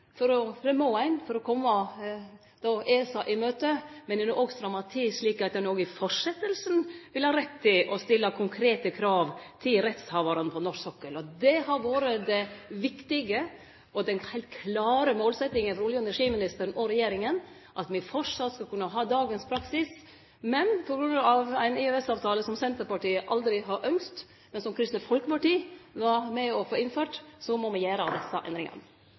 ein for å kome ESA i møte – men ein har òg stramma til, slik at ein òg i fortsetjinga vil ha rett til å stille konkrete krav til rettshavarane på norsk sokkel. Den viktige og heilt klare målsetjinga for olje- og energiministeren og regjeringa har vore at me framleis skal kunne ha dagens praksis, men på grunn av ein EØS-avtale, som Senterpartiet aldri har ynskt, men som Kristeleg Folkeparti var med på å innføre, må me gjere desse endringane.